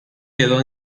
quedó